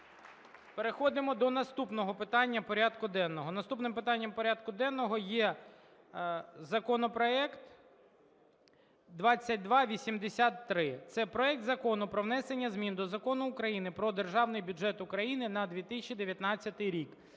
Переходимо до наступного питання порядку денного. Наступним питанням порядку денного є законопроект 2283. Це проект Закону про внесення змін до Закону України "Про Державний бюджет України на 2019 рік"